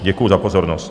Děkuju za pozornost.